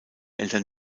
eltern